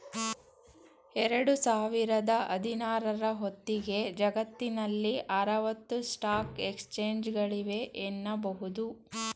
ಎರಡು ಸಾವಿರದ ಹದಿನಾರ ರ ಹೊತ್ತಿಗೆ ಜಗತ್ತಿನಲ್ಲಿ ಆರವತ್ತು ಸ್ಟಾಕ್ ಎಕ್ಸ್ಚೇಂಜ್ಗಳಿವೆ ಎನ್ನುಬಹುದು